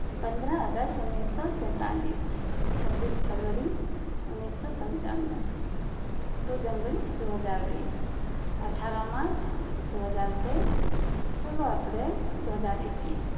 पंद्रह अगस्त उन्नैस सए सैतालिस छब्बीस फरवरी उन्नैस सए पञ्चानबे दू जनवरी दू हजार बीस अठारह मार्च दू हजार तेइस सोलह अप्रैल दू हजार एकैश स